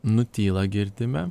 nutyla girdime